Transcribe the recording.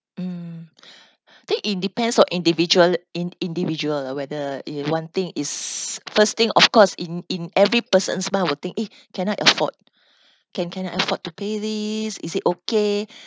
mm think it depends on individual in~ individual ah whether you one thing is first thing of course in in every person's mind will think eh can I afford can can I afford to pay these is it okay